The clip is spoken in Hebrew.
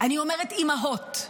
אני אומרת אימהות,